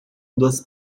ondas